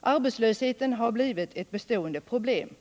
Arbetslösheten har blivit ett bestående problem.